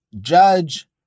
judge